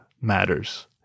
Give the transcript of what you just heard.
matters